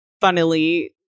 funnily